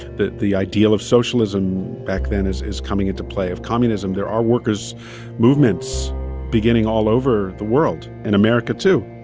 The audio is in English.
the the ideal of socialism back then is is coming into play, of communism. there are workers movements beginning all over the world in america, too